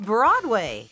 Broadway